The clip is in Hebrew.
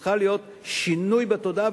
צריך להיות שינוי בתודעה,